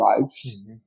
lives